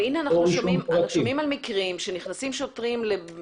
אבל אנו שומעים מקרים על שוטרים שנכנסים למוסד